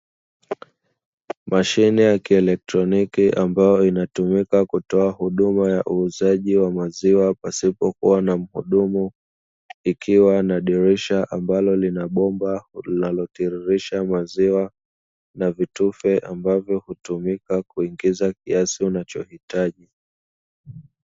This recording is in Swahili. Mashine ya kielektroniki, ambayo inatumika kutoa huduma ya uuzaji wa maziwa pasipo kuwa na mhudumu, ikiwa na dirisha ambalo linabomba linalotiririsha maziwa, na vitufe ambavyo hutumika kuingiza kiasi unachohitaji.